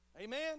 Amen